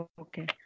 okay